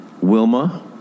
Wilma